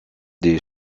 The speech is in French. des